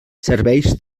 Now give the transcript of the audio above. serveis